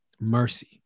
mercy